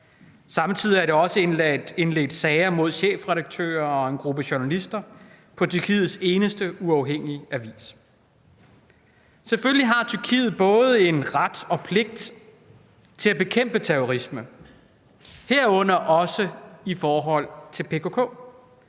Samtidig er der også indledt sager mod chefredaktører og en gruppe journalister på Tyrkiets eneste uafhængige avis. Selvfølgelig har Tyrkiet både en ret og pligt til at bekæmpe terrorisme, herunder også i forhold til PKK,